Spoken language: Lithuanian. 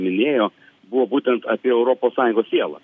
minėjo buvo būtent apie europos sąjungos sielą